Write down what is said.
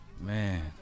man